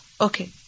Okay